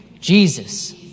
Jesus